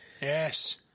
Yes